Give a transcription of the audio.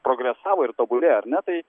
progresavo ir tobulėja ar ne tai